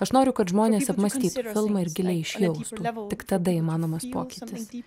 aš noriu kad žmonės apmąstytų filmą ir giliai išjaustų tik įmanomas pokytis